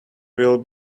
will